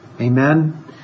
Amen